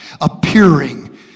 appearing